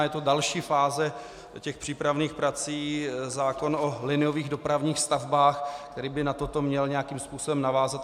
Je to další fáze přípravných prací, zákon o liniových dopravních stavbách, který by na toto měl nějakým způsobem navázat.